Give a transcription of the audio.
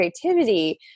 creativity